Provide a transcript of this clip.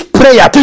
prayer